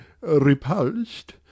repulsed